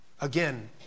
Again